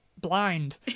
blind